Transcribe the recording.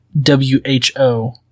w-h-o